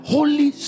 Holy